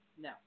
no